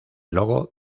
logo